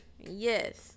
Yes